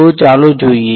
તો ચાલો જોઈએ